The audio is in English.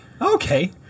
Okay